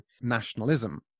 nationalism